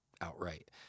outright